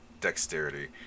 dexterity